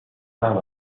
طعم